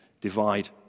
divide